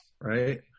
right